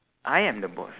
I am the boss